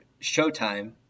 Showtime